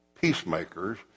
peacemakers